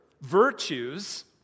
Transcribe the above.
virtues